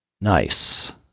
nice